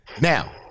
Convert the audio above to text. Now